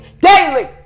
daily